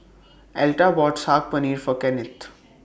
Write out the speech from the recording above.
Elta bought Saag Paneer For Kennith